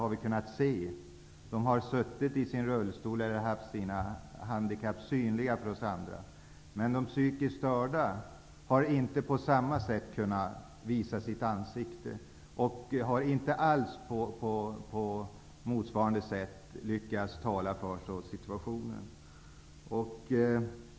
Dessa handikappade har suttit i sina rullstolar. Deras handikapp har varit synliga för oss andra. Men de psykiskt störda har inte på samma sätt kunnat visa sina ansikten. De har inte alls på motsvarande sätt lyckats med att tala för den egna situationen.